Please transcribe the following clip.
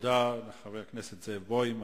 תודה לחבר הכנסת זאב בוים.